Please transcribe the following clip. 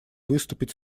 выступить